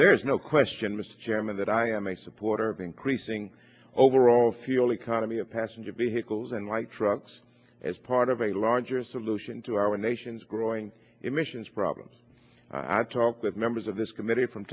there is no question mr chairman that i am a supporter of increasing overall fuel economy and passenger vehicles and light trucks as part of a larger solution to our nation's growing emissions problem i talk with members of this committee from